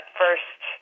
first